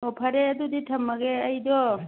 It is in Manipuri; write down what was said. ꯑꯣ ꯐꯔꯦ ꯑꯗꯨꯗꯤ ꯊꯝꯂꯒꯦ ꯑꯩꯗꯣ